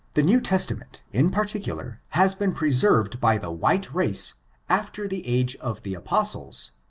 the new testament, in particular, has been preserved by the white race after the age of the apostles,